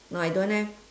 no I don't have